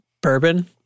bourbon